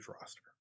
roster